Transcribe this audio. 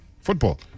football